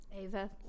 Ava